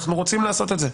אנחנו רוצים לעשות את זה,